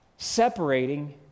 separating